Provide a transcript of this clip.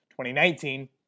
2019